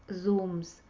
zooms